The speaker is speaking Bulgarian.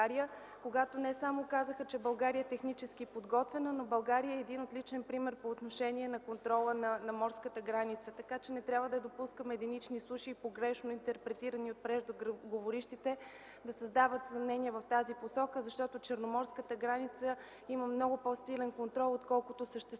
когато те не само казаха, че България е техническа подготвена, но че България е един отличен пример по отношение на контрола на морска граница. Не трябва да допускаме единични случаи, погрешно интерпретирани от преждеговорившите, да създават съмнения в тази посока, защото на черноморската граница има много по-силен контрол, отколкото е съществуващият